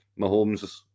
Mahomes